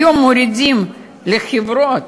היום מורידים לחברות